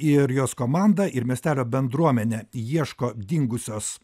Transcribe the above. ir jos komanda ir miestelio bendruomene ieško dingusios